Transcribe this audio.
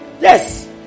Yes